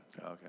Okay